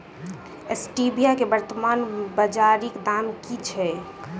Stevia केँ वर्तमान बाजारीक दाम की छैक?